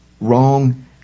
wrong